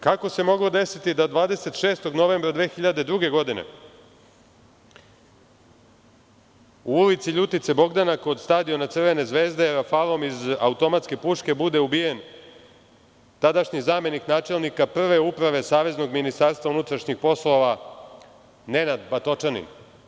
Kako se moglo desiti da 26. novembra 2002. godine u ulici LJutice Bogdana kod stadiona Crvene zvezde rafalom iz automatske puške bude ubijen tadašnji zamenik načelnika Prve uprave Saveznog ministarstva unutrašnjih poslova Nenad Batočanin?